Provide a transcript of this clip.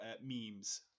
memes